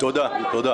תודה, תודה.